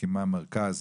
מקימה מרכז